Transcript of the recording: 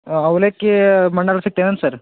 ಹಾಂ ಅವಲಕ್ಕಿ ಮಂಡಲ ಸಿಕ್ತೇನು ಸರ್